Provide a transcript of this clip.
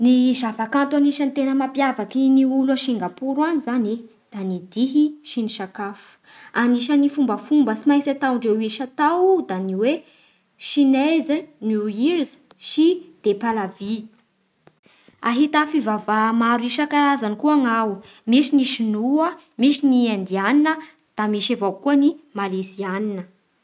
Ny zava-kanto tena mampiavaky ny olo a Singapour any zany e da ny e dihy sy ny sakafo Anisan'ireo fombafomba tsy maintsy ataondreo isan-tao da ny hoe chinese new years sy depalavi Ahita fivavaha maro isankarazany koa ny ao, :misy ny sinoa, misy ny indiana, da misy avao koa ny malesiana